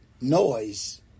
noise